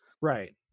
Right